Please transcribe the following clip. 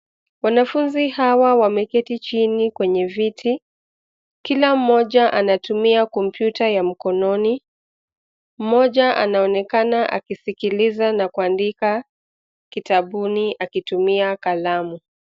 Wanafunzi hawa wameketi chini kwenye viti. Kila mmoja anatumia kompyuta ya mkononi. Mmoja anaonekana akisikiliza na kuandika kitabuni akitumia kalamu.